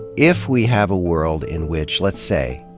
if we have a world in which, let's say,